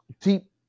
deep